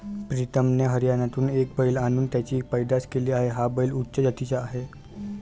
प्रीतमने हरियाणातून एक बैल आणून त्याची पैदास केली आहे, हा बैल उच्च जातीचा आहे